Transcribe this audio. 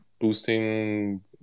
boosting